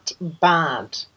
bad